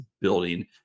building